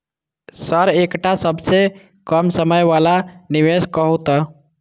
Sir एकटा सबसँ कम समय वला निवेश कहु तऽ?